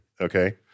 Okay